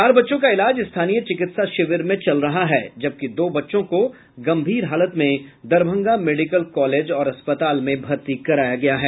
चार बच्चों का इलाज स्थानीय चिकित्सा शिविर में चल रहा है जबकि दो बच्चों को गंभीर हालत में दरभंगा मेडिकल कॉलेज और अस्पताल में भर्ती कराया गया है